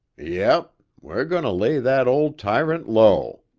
yep. we're going to lay that old tyrant low.